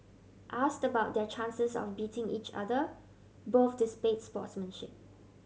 asked about their chances of beating each other both display sportsmanship